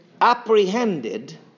apprehended